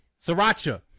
Sriracha